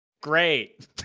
Great